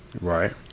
Right